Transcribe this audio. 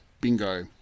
Bingo